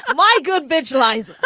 ah why? good. visualize.